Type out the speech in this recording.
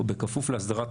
נמצא פה, נכון?